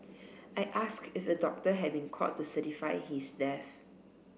I asked if a doctor had been called to certify his death